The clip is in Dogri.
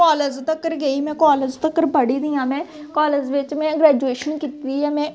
कालेज तक्कर गेई में कालेज तक्कर पढ़ी दी आं में कालेज बिच्च में ग्रैजुऐशन कीती दी ऐ में